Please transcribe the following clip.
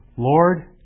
Lord